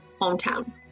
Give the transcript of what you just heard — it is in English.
hometown